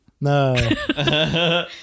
No